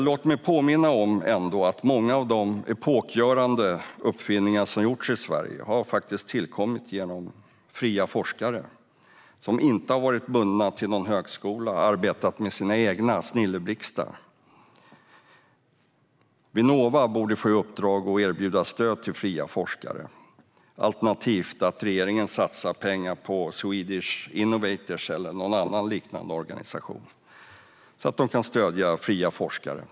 Låt mig ändå påminna om att många av de epokgörande uppfinningar som gjorts i Sverige har tillkommit genom att fria forskare, alltså forskare som inte varit bundna till någon högskola, har arbetat med sina egna snilleblixtar. Vinnova borde få i uppdrag att erbjuda stöd till fria forskare. Alternativt borde regeringen satsa pengar på Swedish Innovators eller någon liknande organisation så att man kan stödja fria forskare.